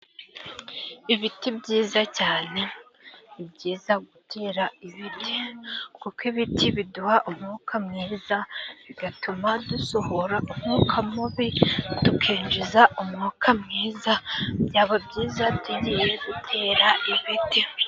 Ibiti byiza cyane. Ni byiza gutera ibiti kuko ibiti biduha umwuka mwiza, bigatuma dusohora umwuka mubi, tukinjiza umwuka mwiza. Byaba byiza tugiye dutera ibiti.